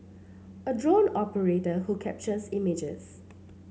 a drone operator who captures images